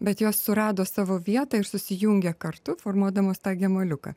bet jos surado savo vietą ir susijungia kartu formuodamos tą gemuoliuką